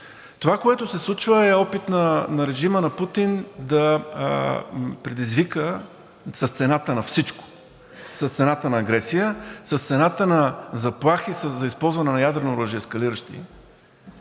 Това, което се случва, е опит на режима на Путин да предизвика с цената на всичко – с цената на агресия, с цената на заплахи за използване на ядрено оръжие, ескалиращи